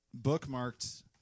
bookmarked